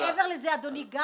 מעבר לזה, אנחנו